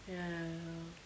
ya ya